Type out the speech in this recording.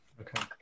Okay